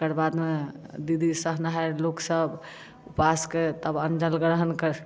तकरबाद मे दीदी सहनाहैर लोकसब ऊपास के तब अन्न जल ग्रहण कर